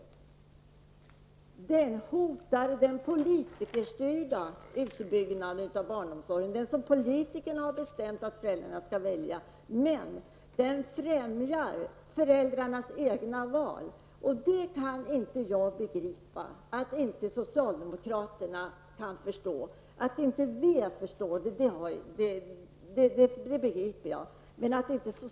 Vårdnadsersättningen hotar den politikerstyrda utbyggnaden av barnomsorgen, den barnomsorgsform som politikerna bestämt att föräldrarna skall välja. Däremot främjar den föräldrarnas egna val. Att vänsterpartiet inte förstår det begriper jag, men att socialdemokraterna inte kan förstå det begriper jag inte.